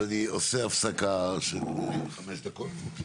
טוב, אז אני עושה הפסקה של חמש דקות.